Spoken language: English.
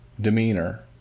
demeanor